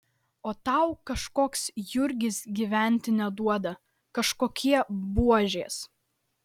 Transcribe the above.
o tau kažkoks jurgis gyventi neduoda kažkokie buožės